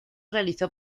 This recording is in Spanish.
realizó